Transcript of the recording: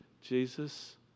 Jesus